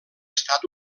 estat